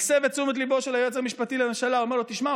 ומסב את תשומת ליבו של היועץ המשפטי לממשלה ואומר לו: תשמע,